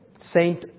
Saint